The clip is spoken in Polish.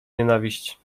nienawiść